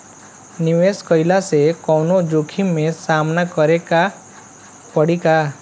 निवेश कईला से कौनो जोखिम के सामना करे क परि का?